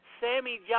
Sammy